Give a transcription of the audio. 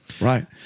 right